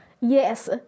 Yes